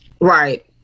Right